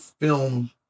film